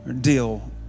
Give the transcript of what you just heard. Deal